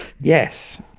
yes